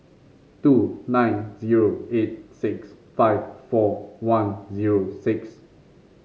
two nine zero eight six five four one zero six